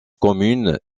commune